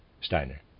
Steiner